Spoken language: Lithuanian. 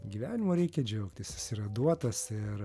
gyvenimu reikia džiaugtis jis yra duotas ir